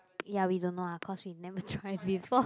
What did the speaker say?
ya we don't know ah cause we never try before